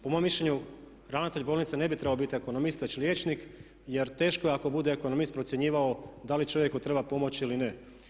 Po mom mišljenju ravnatelj bolnice ne bi trebao biti ekonomist već liječnik, jer teško je ako bude ekonomist procjenjivao da li čovjeku treba pomoći ili ne.